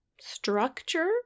structure